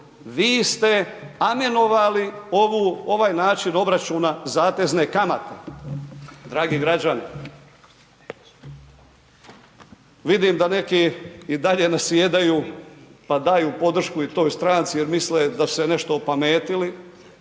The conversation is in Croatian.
vi ste amenovali ovaj način obračuna zatezne kamate. Dragi građani, vidim da neki i dalje nasjedaju, pa daju podršku i toj stranci jer misle da su se nešto opametili,